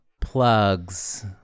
Plugs